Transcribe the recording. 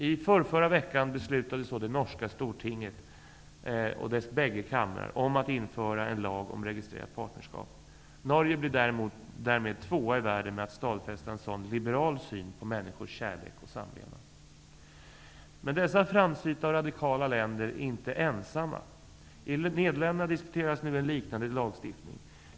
I förrförra veckan beslutade så det norska stortinget och dess bägge kamrar om att införa en lag om registrerat partnerskap. Norge blir därmed tvåa i världen med att stadfästa en sådan liberal syn på människors kärlek och samlevnad. Men dessa framsynta och radikala länder är inte ensamma. I Nederländerna diskuteras nu en liknade lagstiftning.